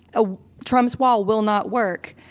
ah trump's wall will not work,